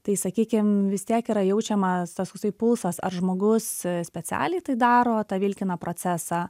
tai sakykim vis tiek yra jaučiamas tas toksai pulsas ar žmogus specialiai tai daro tą vilkina procesą